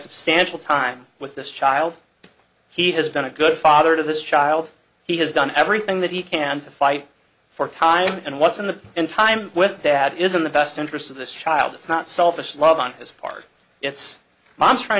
substantial time with this child he has been a good father to this child he has done everything that he can to fight for time and what's in the in time with dad isn't the best interests of this child it's not selfish love on his part it's mom trying